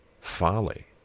folly